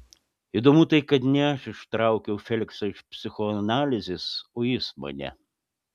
įdomu tai kad ne aš ištraukiau feliksą iš psichoanalizės o jis mane